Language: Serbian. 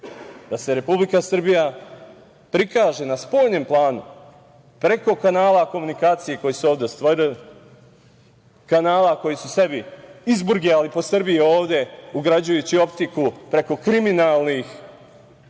da se Republika Srbija prikaže na spoljnom planu preko kanala komunikacije koji se ovde ostvaruje, kanala koji su sebi izburgijali po Srbiji ovde ugrađujući optiku preko kriminalnih tajkunskih